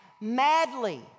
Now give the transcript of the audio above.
madly